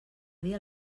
dia